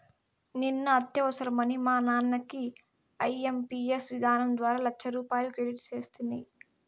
నిన్న అత్యవసరమని మా నాన్నకి ఐఎంపియస్ విధానం ద్వారా లచ్చరూపాయలు క్రెడిట్ సేస్తిని